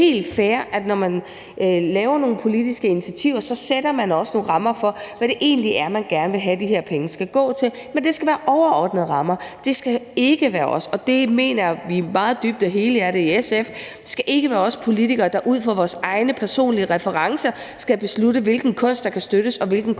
det er helt fair, at når man laver nogle politiske initiativer, så sætter man også nogle rammer for, hvad det egentlig er, man gerne vil have at de her penge skal gå til. Men det skal være overordnede rammer. Det skal ikke være os politikere – det mener vi meget dybt og helhjertet i SF – der ud fra vores egne personlige referencer skal beslutte, hvilken kunst der kan støttes, og hvilken